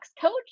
Coach